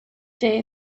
day